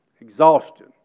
Exhaustion